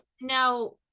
now